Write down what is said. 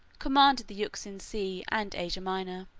commanded the euxine sea and asia minor.